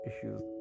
issues